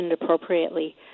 appropriately